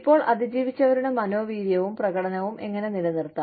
ഇപ്പോൾ അതിജീവിച്ചവരുടെ മനോവീര്യവും പ്രകടനവും എങ്ങനെ നിലനിർത്താം